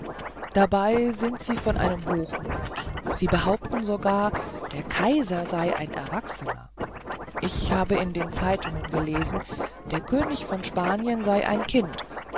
dabei sind sie von einem hochmut sie behaupten sogar der kaiser sei ein erwachsener ich habe in den zeitungen gelesen der könig von spanien sei ein kind